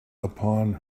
upon